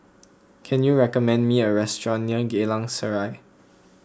can you recommend me a restaurant near Geylang Serai